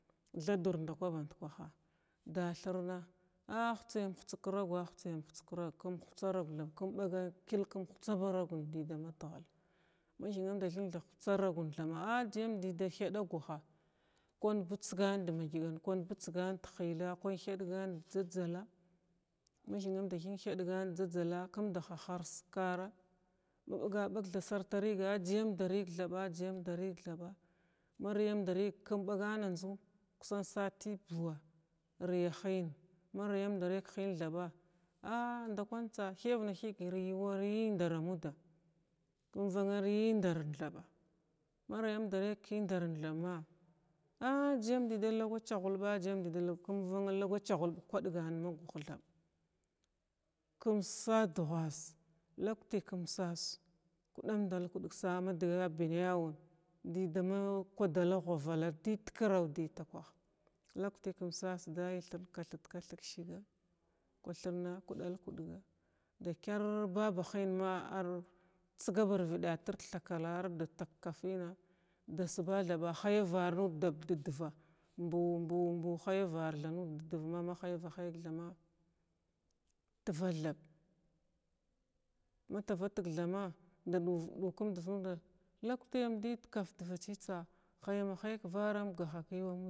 Thadur ndakwa bandkwaha dathirna a hutsyam hutsg ka ragwa, hutsyam hutsg ka ragwa, kum hutsa ragwa thaɓ kum ɓagan k-chil kum hitsa ba ragum da ma tahal mathmanda thingthab hutsa ragun thaɓa a jyam dəda thaɗa lyuha kwan bitsgan da madgan kwah bitsgan da madgan kwah bitsgna da həla, kum thəydgan da jzalzala ma thmamda thig thəydgan da jzajzala kum da faras kara mada ɓaga ɓag sarta riga ka jyam da rig thaɓa jyam ma da rig thaba riyam da rig kum bga a njzu sati buu riya hiya ma riyamda rig ka hiyan thaɓa a ndakwan tsa thəya nathig yawa riyan indara ammʊa inva riya indaran thaɓa ma riyamda rig kindaran thaɓ ma a jzayam dəda lagwa chagulɓa jzəyam dəda ku vana lagwa chahulɓa kwagan ma duh thaɓ kum sa duhassa luki kum sas kudamdal kung sa ma dəya ya ɓayna yawu dədama kwadala ghwavala dəd kirar həy takwah hikti kum sasa daləy thirn kathət kathəg siga kwathirna kudal kugga ba kayr ba ba hiyən ma ar tsaga ba ar vdatir da thakala ar da tak-kadəna da svathaɓa haya var nuda da dvaɓ mɓu-mɓu haya vartha nuda da dva ma haya vahəg thama tra thaɓ ma tavatəg tha ma a ɗukumd da vənga hukti dəy da kaf davachi da hayma hayg kavara am gaha ka yu.